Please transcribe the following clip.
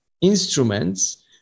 instruments